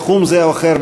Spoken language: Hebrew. תחום זה או אחר,